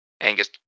Angus